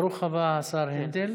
ברוך הבא, השר הנדל.